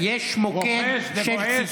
רועש וגועש.